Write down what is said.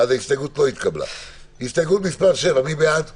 מי בעד ההסתייגות?